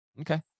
Okay